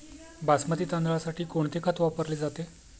बासमती तांदळासाठी कोणते खत वापरले जाते?